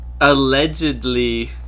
allegedly